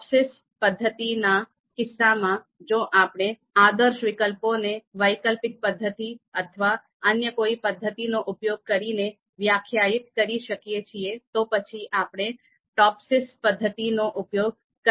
TOPSIS પદ્ધતિના કિસ્સામાં જો આપણે આદર્શ અને વિરોધી આદર્શ વિકલ્પોને વૈકલ્પિક પદ્ધતિ અથવા અન્ય કોઈ પદ્ધતિનો ઉપયોગ કરીને વ્યાખ્યાયિત કરી શકીએ છીએ તો પછી આપણે ટોપ્સિસ પદ્ધતિનો ઉપયોગ કરી શકીએ છીએ